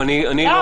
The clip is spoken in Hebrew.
אני לא